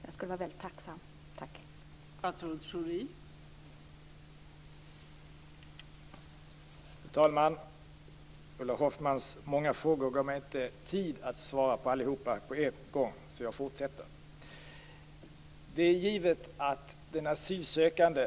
Jag skulle vara väldigt tacksam för ett besked.